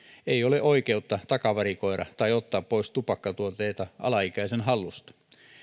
ei ole oikeutta takavarikoida tai ottaa pois tupakkatuotteita alaikäisen hallusta